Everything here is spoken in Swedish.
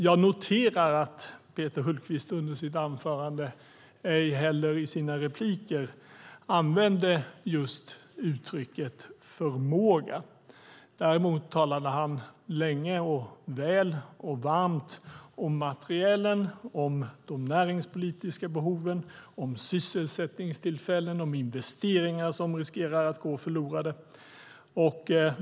Jag noterar att Peter Hultqvist ej under sitt anförande, ej heller i sina repliker, använde just uttrycket "förmåga". Däremot talade han länge och väl och varmt om materielen, om de näringspolitiska behoven, om sysselsättningstillfällen och om investeringar som riskerar att gå förlorade.